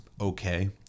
okay